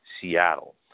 Seattle